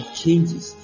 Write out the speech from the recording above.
changes